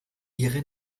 ihre